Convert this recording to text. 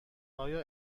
آیا